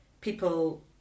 people